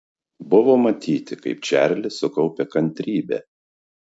buvo matyti kaip čarlis sukaupia kantrybę